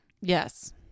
yes